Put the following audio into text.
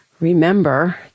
Remember